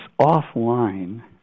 offline